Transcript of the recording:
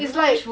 it's like